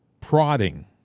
prodding